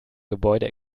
gebäude